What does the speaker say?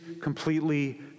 completely